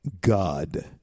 God